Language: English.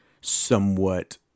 somewhat